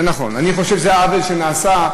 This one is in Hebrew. אני חושב שזה עוול שנעשה,